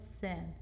sin